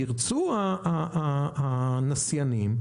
ירצו הנסיינים,